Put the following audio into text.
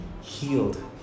healed